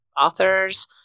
authors